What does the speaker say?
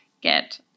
get